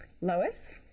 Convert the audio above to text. Lois